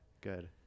Good